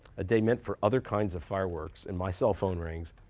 a day meant for other kinds of fireworks. and my cell phone rings,